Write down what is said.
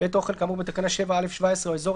בית אוכל כאמור בתקנה 7(א)(17) או אזור